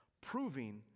proving